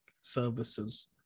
services